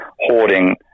hoarding